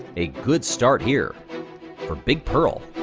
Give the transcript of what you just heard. a good start here for big pearl.